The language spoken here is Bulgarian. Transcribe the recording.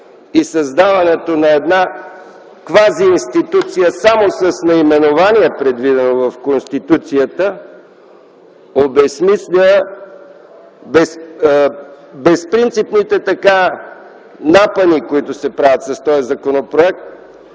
и създаването на една квазиинституция само с наименование, предвидено в Конституцията, обезсмисля безпринципните напъни, които се правят с този законопроект,